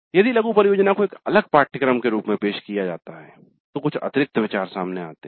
यदि लघु परियोजना को एक अलग पाठ्यक्रम के रूप में पेश किया जाता है तो कुछ अतिरिक्त विचार सामने आते हैं